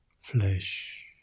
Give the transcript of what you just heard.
flesh